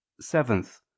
Seventh